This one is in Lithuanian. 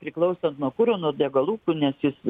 priklauso nuo kuro nuo degalų nes jis